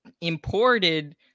imported